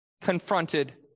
confronted